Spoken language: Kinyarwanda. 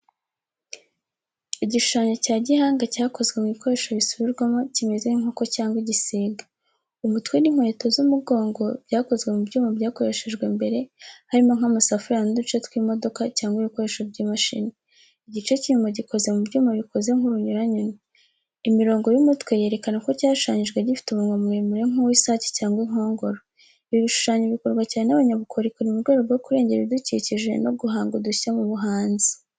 Igishushanyo cya gihanga cyakozwe mu bikoresho bisubirwamo, kimeze nk’inkoko cyangwa igisiga. Umutwe n’inkweto z’umugongo byakozwe mu byuma byakoreshejwe mbere, harimo nk’amasafuriya n’uduce tw’imodoka cyangwa ibikoresho by’imashini. Igice cy’inyuma gikoze mu byuma bikoze nk’urunyuranyune. Imirongo y’umutwe yerekana ko cyashushanyijwe gifite umunwa muremure nk’uw’isake cyangwa inkongoro. Ibi bishushanyo bikorwa cyane n'abanyabukorikori mu rwego rwo kurengera ibidukikije no guhanga udushya mu buhanzi.